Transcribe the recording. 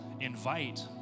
invite